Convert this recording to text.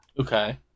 Okay